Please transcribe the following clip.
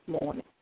morning